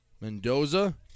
Mendoza